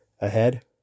ahead